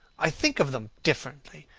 i think of them differently.